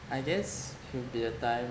I guess should be a time